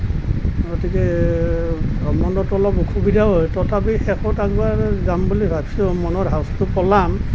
গতিকে ভ্ৰমণত অলপ অসুবিধা হয় তথাপি শেষত একবাৰ যাম বুলি ভাবিছোঁ মনৰ হাউচটো পলাম